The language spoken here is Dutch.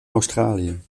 australië